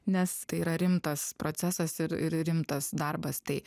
nes tai yra rimtas procesas ir ir rimtas darbas tai